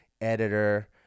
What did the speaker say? editor